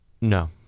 No